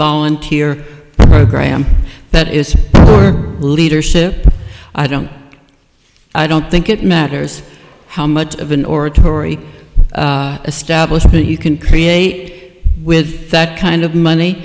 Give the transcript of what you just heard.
volunteer program that is leadership i don't i don't think it matters how much of an oratory establishment you can create with that kind of money